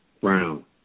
Brown